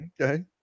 okay